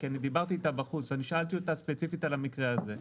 כי דיברתי איתה בחוץ ושאלתי אותה ספציפית על המקרה הזה.